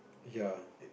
ya